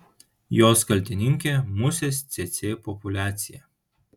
jos kaltininkė musės cėcė populiacija